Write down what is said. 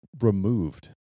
removed